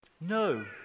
No